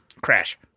Crash